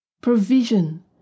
provision